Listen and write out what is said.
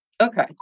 Okay